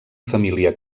família